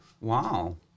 Wow